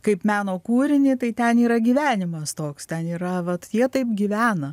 kaip meno kūrinį tai ten yra gyvenimas toks ten yra vat jie taip gyvena